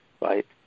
right